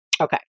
Okay